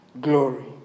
glory